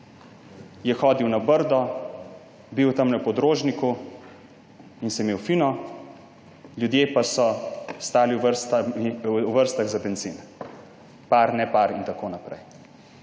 je hodil na Brdo, bil je tam pod Rožnikom in se imel fino, ljudje pa so stali v vrstah za bencin. Par, ne par in tako naprej.